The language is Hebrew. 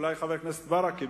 שאולי חבר הכנסת ברכה,